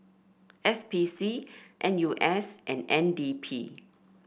S P C N U S and N D P